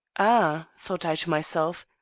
ah! thought i to myself,